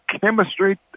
chemistry